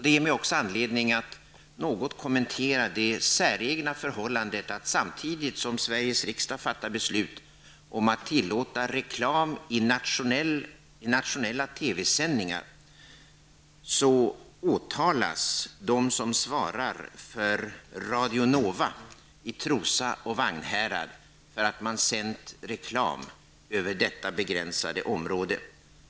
Detta ger mig anledning att något kommentera det säregna förhållandet att samtidigt som Sveriges riksdag fattar beslut om att tillåta reklam i nationella TV-sändningar åtalas de som svarar för Radio Nova i Trosa och Vagnhärad, därför att de sänt reklam över detta begränsade område.